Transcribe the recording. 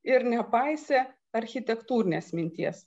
ir nepaisė architektūrinės minties